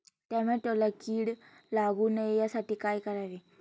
टोमॅटोला कीड लागू नये यासाठी काय करावे?